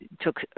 took